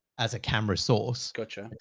as a camera source. gotcha.